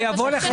זה יבוא לוועדה.